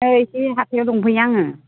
नै एसे हाथाइआव दंफैयो आङो